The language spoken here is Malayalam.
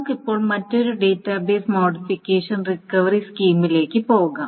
നമുക്ക് ഇപ്പോൾ മറ്റൊരു ഡാറ്റാബേസ് മോഡിഫിക്കേഷൻ റിക്കവറി സ്കീമിലേക്ക് പോകാം